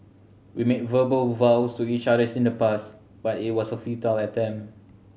we made verbal vows to each other in the past but it was a futile attempt